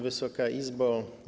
Wysoka Izbo!